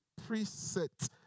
preset